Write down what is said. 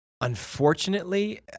Unfortunately